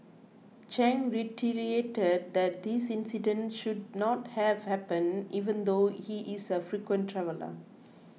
chang reiterated that this incident should not have happened even though he is a frequent traveller